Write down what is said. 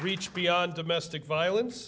reach beyond domestic violence